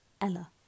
Ella